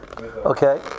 Okay